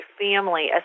family